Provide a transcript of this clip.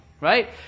right